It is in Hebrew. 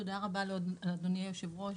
תודה רבה לאדוני היושב-ראש.